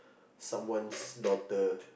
someone's daughter